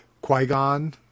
Qui-Gon